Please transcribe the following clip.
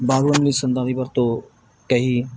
ਬਾਗਬਾਨੀ ਸੰਦਾਂ ਦੀ ਵਰਤੋਂ ਕਹੀ